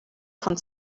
von